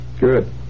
Good